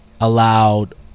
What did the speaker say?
Allowed